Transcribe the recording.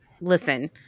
listen